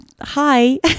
Hi